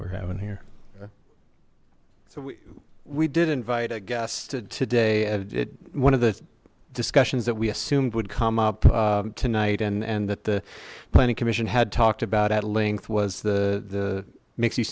we're having here so we we did invite a guest today and it one of the discussions that we assumed would come up tonight and and that the planning commission had talked about at length was the the makes